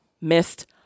missed